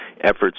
efforts